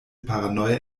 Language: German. paranoia